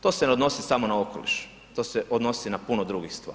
To se ne odnosi samo na okoliš, to se odnosi na puno drugih stvari.